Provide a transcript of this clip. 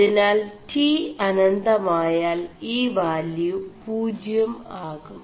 അതിനാൽ t അനമായൽ ഈ വാലçø പൂജçം ആകും